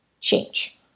change